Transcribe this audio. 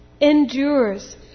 endures